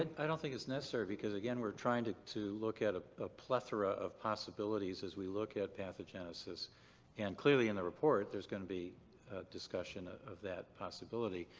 i don't think it's necessary, because again, we're trying to to look at a ah plethora of possibilities as we look at pathogenesis and clearly in the report there's going to be discussion of that possibility.